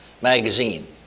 magazine